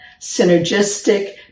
synergistic